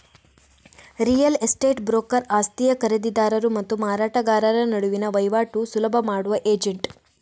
real estate broker ಆಸ್ತಿಯ ಖರೀದಿದಾರರು ಮತ್ತು ಮಾರಾಟಗಾರರ ನಡುವಿನ ವೈವಾಟು ಸುಲಭ ಮಾಡುವ ಏಜೆಂಟ್